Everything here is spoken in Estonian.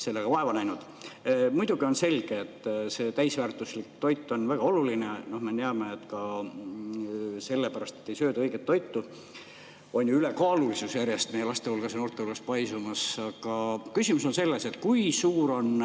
sellega vaeva näinud. Muidugi on selge, et täisväärtuslik toit on väga oluline. Me teame, et selle pärast, et ei sööda õiget toitu, on ülekaalulisus järjest meie laste ja noorte hulgas paisumas. Aga küsimus on selles, kui suur on